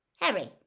Harry